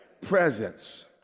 Presence